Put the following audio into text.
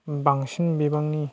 बांसिन बिबांनि